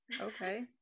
Okay